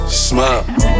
smile